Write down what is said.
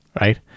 right